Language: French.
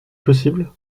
possible